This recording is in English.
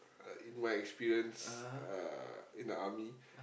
uh in my experience uh in the army